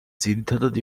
ძირითადად